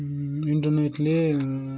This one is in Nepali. इन्टरनेटले